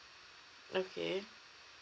okay